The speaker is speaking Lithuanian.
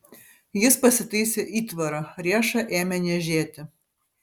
jis pasitaisė įtvarą riešą ėmė niežėti